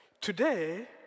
today